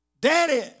Daddy